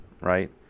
right